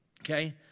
Okay